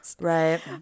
Right